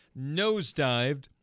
nosedived